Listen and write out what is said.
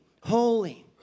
holy